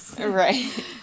right